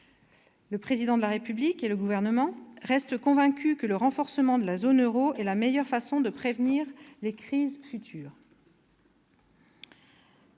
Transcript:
Le Président de la République et le Gouvernement restent convaincus que le renforcement de la zone euro est la meilleure façon de prévenir les crises futures.